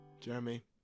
Jeremy